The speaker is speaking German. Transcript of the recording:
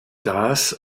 das